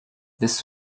this